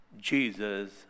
Jesus